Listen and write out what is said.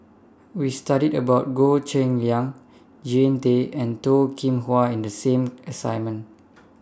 We studied about Goh Cheng Liang Jean Tay and Toh Kim Hwa in The same assignment